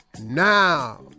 Now